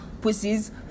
pussies